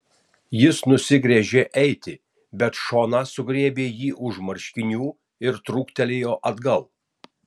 jis nusigręžė eiti bet šona sugriebė jį už marškinių ir trūktelėjo atgal